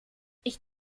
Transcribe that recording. ich